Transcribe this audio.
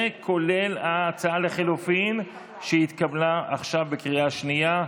כולל ההסתייגות לחלופין שהתקבלה עכשיו בקריאה השנייה.